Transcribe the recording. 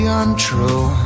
untrue